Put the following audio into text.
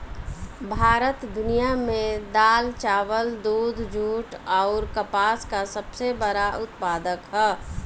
भारत दुनिया में दाल चावल दूध जूट आउर कपास का सबसे बड़ा उत्पादक ह